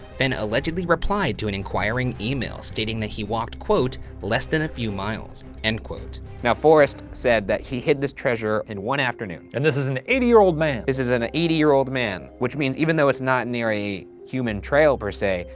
fenn allegedly replied to an inquiring email stating that he walked, quote, less than a few miles end quote. now forrest said that he hid this treasure in one afternoon. and this is an eighty year old man. this is an eighty year old man, which means even though it's not near a human trail per se,